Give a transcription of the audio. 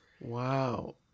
Wow